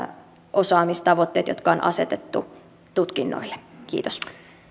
osaamistavoitteet jotka on asetettu tutkinnoille kiitos